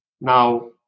now